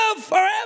forever